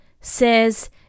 says